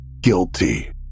Guilty